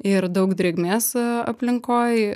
ir daug drėgmės aplinkoj